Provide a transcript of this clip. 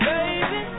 Baby